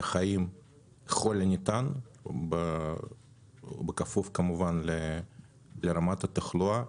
החיים ככל הניתן בכפוף כמובן לרמת התחלואה,